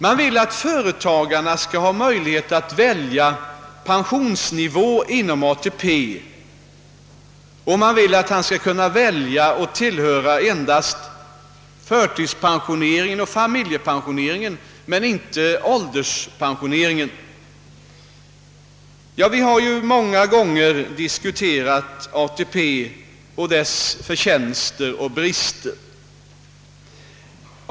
Man vill att företagaren skall ha möjlighet att välja pensionsnivå inom ATP och man vill att han skall ha möjlighet att välja och tillhöra endast förtidspensioneringen och familjepensioneringen men inte ålderspensioneringen. Vi har många gånger diskuterat ATP, dess förtjänster och brister.